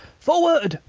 forward!